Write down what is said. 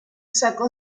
sacó